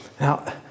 now